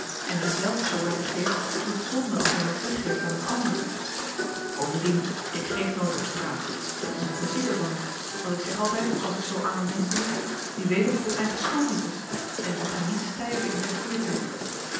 sluis en wie zelf zoo weinig heeft doet zonde als hy nog weggeeft aan een ander bovendien ik geef nooit op straat dit is een principe van me want ik zeg altyd als ik zoo arme menschen zie wie weet of t hun eigen schuld niet is en ik mag hen niet styven in